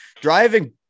Driving